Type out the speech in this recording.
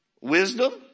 wisdom